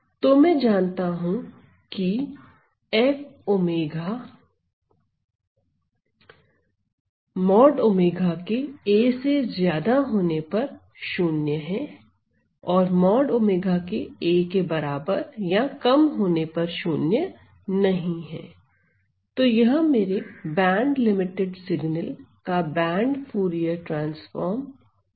तो मैं जानता हूं की तो यह मेरे बैंडलिमिटेड सिगनल का बैंड फूरिये ट्रांसफॉर्म है